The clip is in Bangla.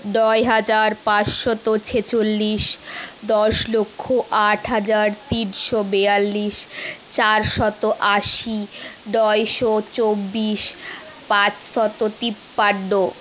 নয় হাজার পাঁচশত ছেচল্লিশ দশ লক্ষ আট হাজার তিনশো বেয়াল্লিশ চারশত আশি নয়শো চব্বিশ পাঁচশত তিপ্পান্ন